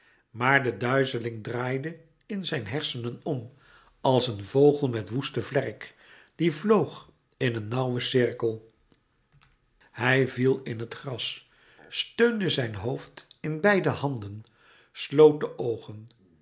maar de duizeling draaide in zijn hersenen om als een vogel met woesten vlerk die vloog in een nauwen cirkel hij viel in het gras steunde zijn hoofd in beide handen sloot de oogen